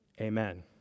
Amen